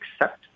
accept